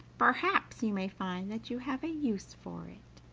perhaps you may find that you have a use for it.